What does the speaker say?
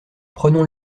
prenons